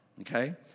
okay